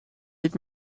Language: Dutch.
niet